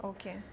Okay